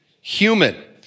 human